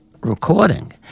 recording